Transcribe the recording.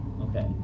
Okay